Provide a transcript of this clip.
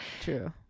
True